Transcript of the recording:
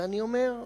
ואני אומר: